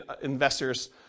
investors